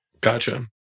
Gotcha